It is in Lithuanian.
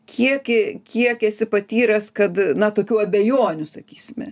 kiek kiek esi patyręs kad na tokių abejonių sakysime